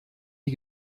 die